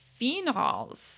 phenols